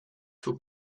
two